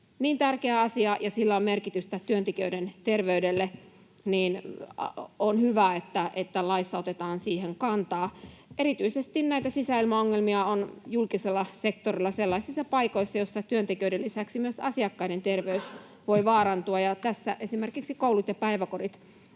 on tärkeä asia, ja sillä on merkitystä työntekijöiden terveydelle. On hyvä, että laissa otetaan siihen kantaa. Näitä sisäilmaongelmia on erityisesti julkisella sektorilla sellaisissa paikoissa, joissa työntekijöiden lisäksi myös asiakkaiden terveys voi vaarantua. Tässä esimerkiksi koulut ja päiväkodit